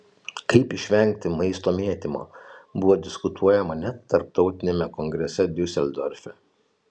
kaip išvengti maisto mėtymo buvo diskutuojama net tarptautiniame kongrese diuseldorfe